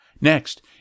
Next